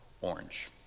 orange